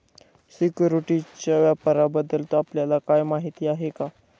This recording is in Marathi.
सिक्युरिटीजच्या व्यापाराबद्दल आपल्याला काही माहिती आहे का?